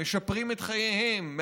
משפרים את חייהם,